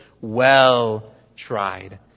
well-tried